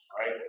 right